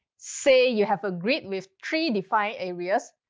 say you have a grid with three defined areas,